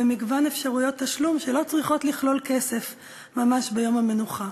במגוון אפשרויות תשלום שלא צריכות לכלול כסף ממש ביום המנוחה,